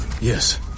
Yes